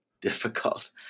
difficult